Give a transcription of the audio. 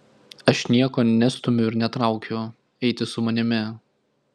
aš nieko nestumiu ir netraukiu eiti su manimi